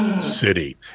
City